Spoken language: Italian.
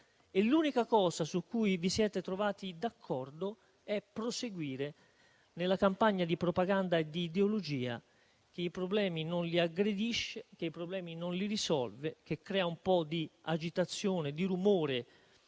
l'unica cosa su cui vi siete trovati d'accordo è stata proseguire nella campagna di propaganda e ideologia che i problemi non aggredisce, che i problemi non risolve, che crea un po' di agitazione, di rumore